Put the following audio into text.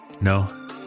No